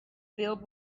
filled